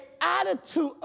attitude